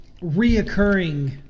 reoccurring